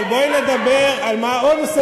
אבל בואי נדבר על מה עוד,